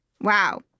Wow